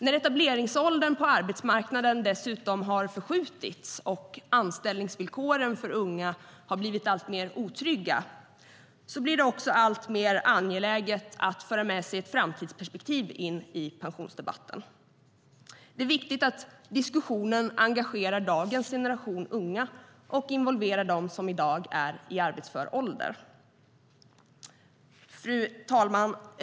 När etableringsåldern på arbetsmarknaden dessutom har förskjutits och anställningsvillkoren för unga har blivit alltmer otrygga blir det alltmer angeläget att föra med sig ett framtidsperspektiv in i pensionsdebatten. Det är viktigt att diskussionen engagerar dagens unga generation och involverar dem som i dag är i arbetsför ålder. Fru talman!